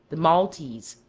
the maltese,